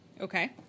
okay